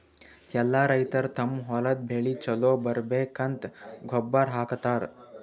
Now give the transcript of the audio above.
ಎಲ್ಲಾ ರೈತರ್ ತಮ್ಮ್ ಹೊಲದ್ ಬೆಳಿ ಛಲೋ ಬರ್ಬೇಕಂತ್ ಗೊಬ್ಬರ್ ಹಾಕತರ್